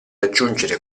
aggiungere